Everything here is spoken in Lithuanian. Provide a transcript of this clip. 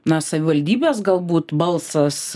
na savivaldybės galbūt balsas